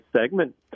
segment